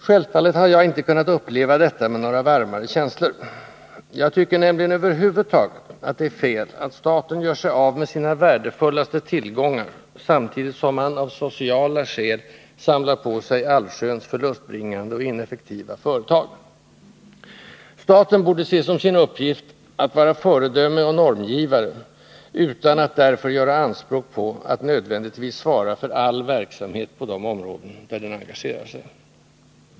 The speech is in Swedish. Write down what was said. Självfallet har jag inte kunnat uppleva detta med några varmare känslor. Jag tycker nämligen över huvud taget att det är fel att staten gör sig av med sina värdefullaste tillgångar samtidigt som man — av sociala skäl — samlar på sig allsköns förlustbringande och ineffektiva företag. Staten borde se som sin uppgift att vara föredöme och normgivare, utan att därför göra anspråk på att nödvändigtvis svara för all verksamhet på de områden där den engagerar sig.